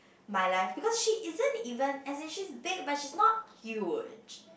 my life because she isn't even as in she is big but she is not huge